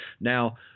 Now